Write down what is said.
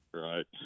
Right